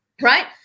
right